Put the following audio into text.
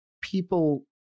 people